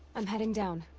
i'm heading down.